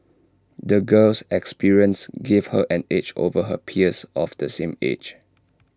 the girl's experiences gave her an edge over her peers of the same age